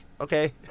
okay